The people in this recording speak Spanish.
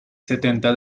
setenta